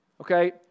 Okay